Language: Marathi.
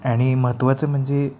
आणि महत्वाचं म्हणजे